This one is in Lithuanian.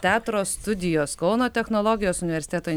teatro studijos kauno technologijos universiteto